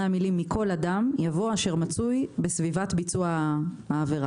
המילים מכל אדם יבוא: אשר מצוי בסביבת ביצוע העבירה.